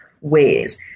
ways